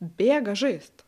bėga žaisti